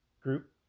group